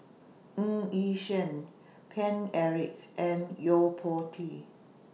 Ng Yi Sheng Paine Eric and Yo Po Tee